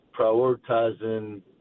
prioritizing